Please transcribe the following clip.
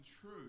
true